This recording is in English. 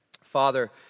Father